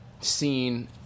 seen